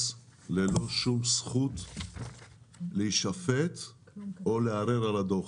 ללא שום זכות להישפט או לערער על הדוח.